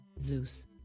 Zeus